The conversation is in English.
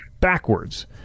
backwards